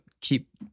keep